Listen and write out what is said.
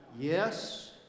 Yes